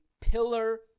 pillar